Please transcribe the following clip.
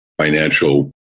financial